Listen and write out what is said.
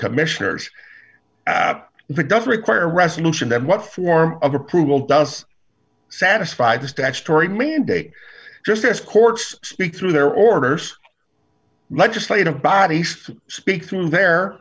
commissioners that the doesn't require resolution that what form of approval does satisfy the statutory mandate just as courts speak through their orders legislative bodies speak through their